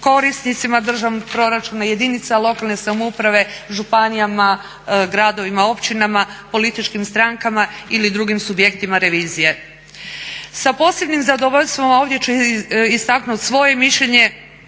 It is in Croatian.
korisnicima državnog proračuna, jedinica lokalne samouprave, županijama, gradovima, općinama, političkim strankama ili drugim subjektima revizije. Sa posebnim zadovoljstvom ovdje ću istaknuti svoje mišljenje